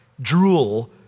drool